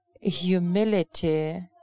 Humility